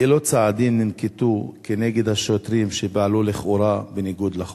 3. אילו צעדים ננקטו כנגד השוטרים שפעלו לכאורה בניגוד לחוק?